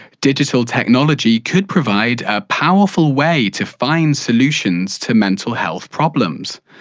digital technology could provide a powerful way to find solutions to mental health problems,